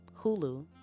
hulu